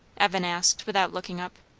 evan asked without looking up.